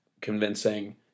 convincing